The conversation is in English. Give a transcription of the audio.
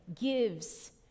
gives